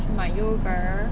去买 yogurt